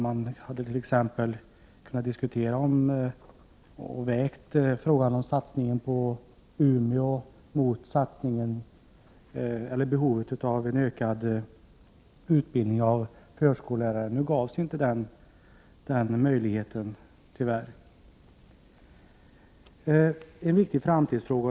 Man hade t.ex kunnat väga behovet av en satsning på Umeå mot en satsning på utbildning av förskollärare. Nu gavs tyvärr inte den möjligheten. Det är en viktig framtidsfråga.